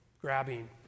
grabbing